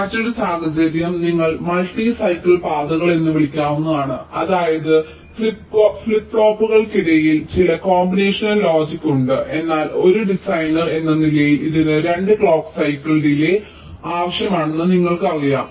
മറ്റൊരു സാഹചര്യം നിങ്ങൾക്ക് മൾട്ടി സൈക്കിൾ പാതകൾ എന്ന് വിളിക്കാവുന്നതാണ് അതായത് ഫ്ലിപ്പ് ഫ്ലോപ്പുകൾക്കിടയിൽ ചില കോമ്പിനേഷൻ ലോജിക് ഉണ്ട് എന്നാൽ ഒരു ഡിസൈനർ എന്ന നിലയിൽ ഇതിന് 2 ക്ലോക്ക് സൈക്കിൾ ഡിലേയ് ആവശ്യമാണെന്ന് നിങ്ങൾക്കറിയാം